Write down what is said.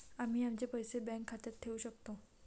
आम्ही आमचे पैसे बँक खात्यात ठेवू शकतो